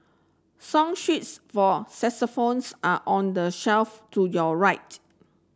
song sheets for saxophones are on the shelf to your right